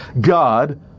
God